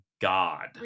God